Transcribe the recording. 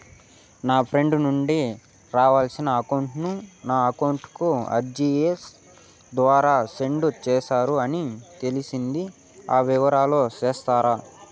నా ఫ్రెండ్ నుండి రావాల్సిన అమౌంట్ ను నా అకౌంట్ కు ఆర్టిజియస్ ద్వారా సెండ్ చేశారు అని తెలిసింది, ఆ వివరాలు సెప్తారా?